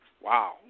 Wow